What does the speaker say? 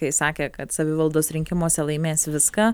kai sakė kad savivaldos rinkimuose laimės viską